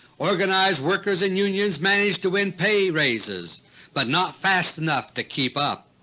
organized workers in unions managed to win pay raises but not fast enough to keep up.